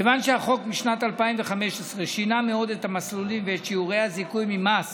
כיוון שהחוק משנת 2015 שינה מאוד את המסלולים ואת שיעורי הזיכוי במס